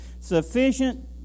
Sufficient